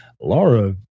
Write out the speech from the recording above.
laura